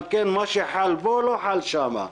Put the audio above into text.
על כן מה שחל פה לא חל שם.